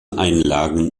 einlagen